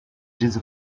diese